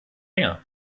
länger